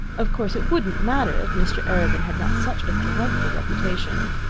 of course, it wouldn't matter if mr. arobin had not such a dreadful reputation.